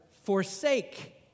forsake